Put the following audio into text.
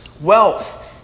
wealth